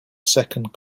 second